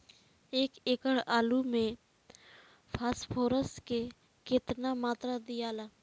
एक एकड़ आलू मे फास्फोरस के केतना मात्रा दियाला?